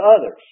others